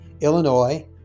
illinois